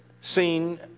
seen